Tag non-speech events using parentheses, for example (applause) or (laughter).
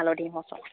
(unintelligible)